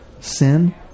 sin